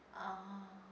ah